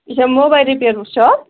یہِ چھا موبایل رِپیرُک شاپ